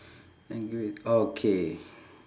and give it okay